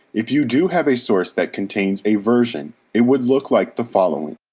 if you do have a source that contains a version, it would look like the following.